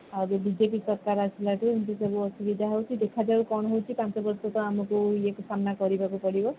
ଆଉ ଏବେ ବିଜେପି ସରକାର ଆସିଲାଠୁ ଏମତି ସବୁ ଅସୁବିଧା ହେଉଛି ଦେଖାଯାଉ କ'ଣ ହେଉଛି ତାଙ୍କ ବ୍ୟତୀତ ଆମକୁ ଇଏ ତ ସାମ୍ନା କରିବାକୁ ପଡ଼ିବ